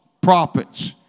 prophets